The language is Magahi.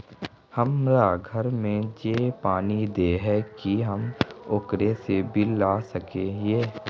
हमरा घर में जे पानी दे है की हम ओकरो से बिल ला सके हिये?